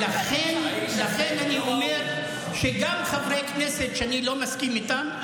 לכן אני אומר שגם חברי כנסת שאני לא מסכים איתם,